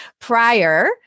prior